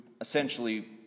essentially